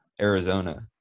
Arizona